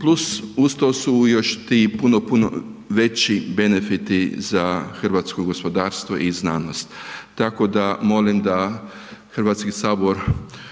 plus uz to su još ti puno, puno veći benefiti za hrvatsko gospodarstvo i znanost, tako da molim da HS